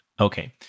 Okay